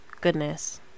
goodness